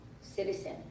citizen